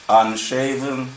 unshaven